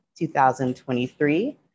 2023